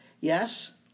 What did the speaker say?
Yes